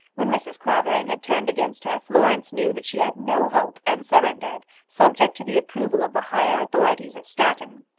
when mrs. clavering had turned against her, florence knew that she had no hope, and surrendered, subject to the approval of the higher authorities at stratton.